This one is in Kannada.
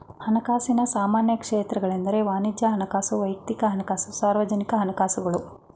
ಹಣಕಾಸಿನ ಸಾಮಾನ್ಯ ಕ್ಷೇತ್ರಗಳೆಂದ್ರೆ ವಾಣಿಜ್ಯ ಹಣಕಾಸು, ವೈಯಕ್ತಿಕ ಹಣಕಾಸು, ಸಾರ್ವಜನಿಕ ಹಣಕಾಸುಗಳು